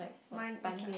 mine is like